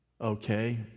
okay